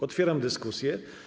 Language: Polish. Otwieram dyskusję.